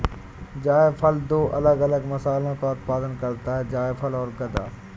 जायफल दो अलग अलग मसालों का उत्पादन करता है जायफल और गदा